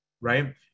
Right